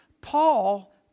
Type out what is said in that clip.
Paul